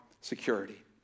security